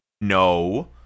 no